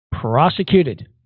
prosecuted